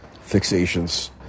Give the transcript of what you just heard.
fixations